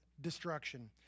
destruction